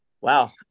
wow